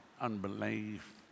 unbelief